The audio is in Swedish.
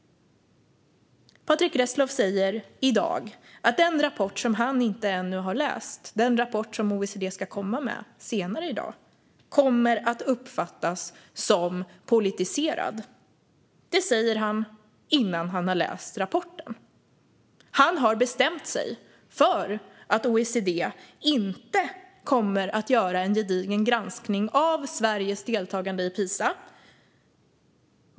Patrick Reslow säger i dag att den rapport som han ännu inte har läst, den rapport som OECD ska komma med senare i dag, kommer att uppfattas som politiserad. Det säger han innan han har läst rapporten. Han har bestämt sig för att OECD inte kommer att göra en gedigen granskning av Sveriges deltagande i PISA.